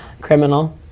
Criminal